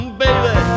baby